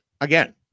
again